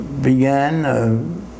began